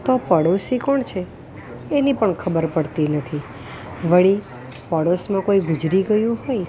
તો પડોશી કોણ છે એની પણ ખબર પડતી નથી વળી પડોશમાં કોઈ ગુજરી ગયું હોય